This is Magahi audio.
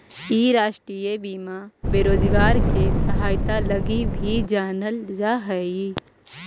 इ राष्ट्रीय बीमा बेरोजगार के सहायता लगी भी जानल जा हई